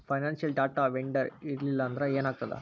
Financial data vendor ಇರ್ಲ್ಲಿಲ್ಲಾಂದ್ರ ಏನಾಗ್ತದ?